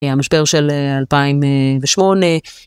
המשבר של 2008.